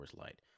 Light